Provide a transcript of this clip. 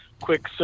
quick